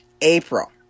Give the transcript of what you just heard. April